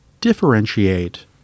differentiate